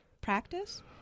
practice